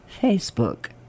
Facebook